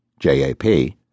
JAP